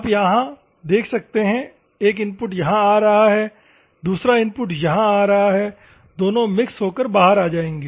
आप यहाँ देख सकते हैं एक इनपुट यहां आ रहा है दूसरा इनपुट यहां आ रहा है दोनों मिक्स होकर बाहर आ जाएंगे